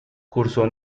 cursó